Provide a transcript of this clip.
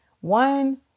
One